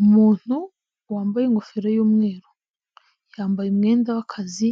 Umuntu wambaye ingofero y'umweru, yambaye umwenda w'akazi